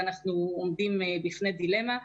ואנחנו עומדים בפני דילמה.